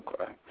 Okay